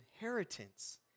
inheritance